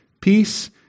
Peace